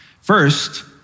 First